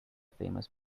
famous